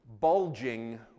Bulging